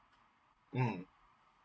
mm